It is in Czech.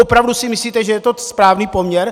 Opravdu si myslíte, že je to správný poměr?